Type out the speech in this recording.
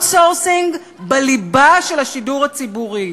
outsourcing בליבה של השידור הציבורי.